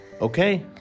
Okay